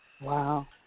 Wow